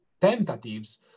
tentatives